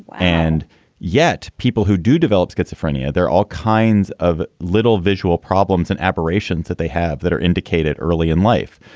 and yet people who do develop schizophrenia, there are all kinds of little visual problems and aberrations that they have that are indicated early in life.